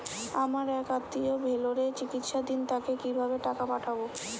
আমার এক আত্মীয় ভেলোরে চিকিৎসাধীন তাকে কি ভাবে টাকা পাঠাবো?